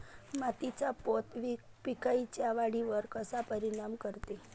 मातीचा पोत पिकाईच्या वाढीवर कसा परिनाम करते?